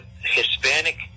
Hispanic